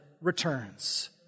returns